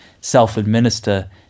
self-administer